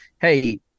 hey